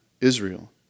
Israel